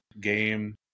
game